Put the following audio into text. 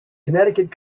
connecticut